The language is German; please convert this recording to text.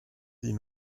die